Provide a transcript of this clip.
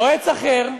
יועץ אחר,